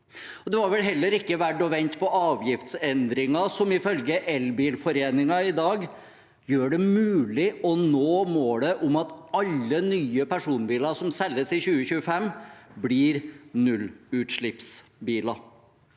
Det var vel heller ikke verdt å vente på avgiftsendringer som ifølge Elbilforeningen i dag gjør det mulig å nå målet om at alle nye personbiler som selges i 2025, blir nullutslippsbiler.